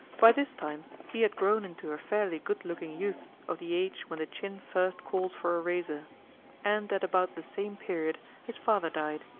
by this time he had grown into a fairly good-looking youth of the age when the chin first calls for a razor and at about the same period his father died,